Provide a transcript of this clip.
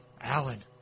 Alan